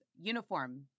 uniform